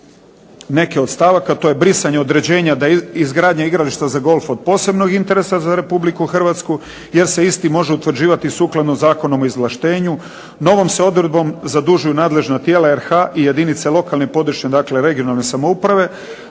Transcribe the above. neke od stavaka. To je brisanje određenja da je izgradnja igrališta za golf od posebnog interesa za Republiku Hrvatsku jer se isti može utvrđivati sukladno Zakonom o izvlaštenju. Novom se odredbom zadužuju nadležna tijela RH-a i jedinice lokalne i područne dakle regionalne samouprave